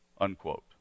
Unquote